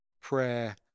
prayer